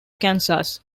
kansas